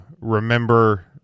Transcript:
remember